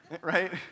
right